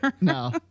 No